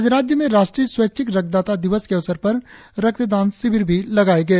आज राज्य में राष्ट्रीय स्वैच्छिक रक्तदाता दिवस के अवसर पर रक्तदान शिविर लगाये गए